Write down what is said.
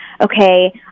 okay